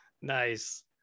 nice